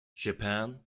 japan